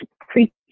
creatures